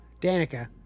Danica